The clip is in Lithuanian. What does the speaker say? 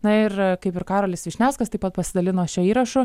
na ir kaip ir karolis vyšniauskas taip pat pasidalino šiuo įrašu